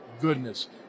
goodness